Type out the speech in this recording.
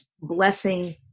blessing